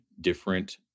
different